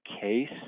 case